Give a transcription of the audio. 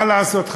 מה לעשות,